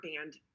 band